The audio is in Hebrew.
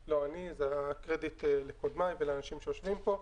זה לא אני, הקרדיט לקודמי ולאנשים שיושבים פה.